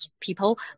people